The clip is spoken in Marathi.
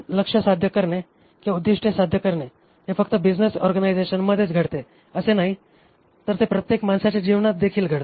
लक्ष्य साध्य करणे किंवा उद्दिष्टे साध्य करणे हे फक्त बिझनेस ऑर्गनायझेशनमध्येच घडते असे नाही तर ते प्रत्येक माणसाच्या जीवनातदेखील घडते